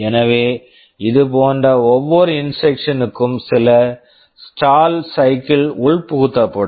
எனவே இதுபோன்ற ஒவ்வொரு இன்ஸ்ட்ரக்க்ஷன் instruction க்கும் சில ஸ்டால் சைக்கிள் stall cycle உட்புகுத்தப்படும்